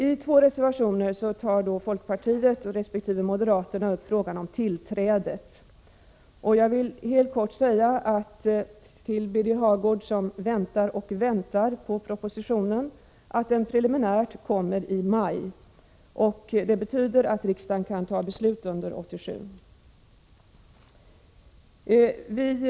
I två reservationer tar folkpartiet resp. moderaterna upp frågan om tillträdet till högskolan. Till Birger Hagård, som väntar och väntar på propositionen, vill jag helt kort säga att den preliminärt kommer i maj. Det betyder att riksdagen kan fatta beslut under 1987.